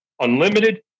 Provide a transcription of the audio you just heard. unlimited